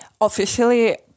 officially